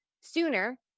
sooner